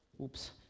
Oops